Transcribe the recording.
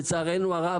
לצערנו הרב,